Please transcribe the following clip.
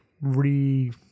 re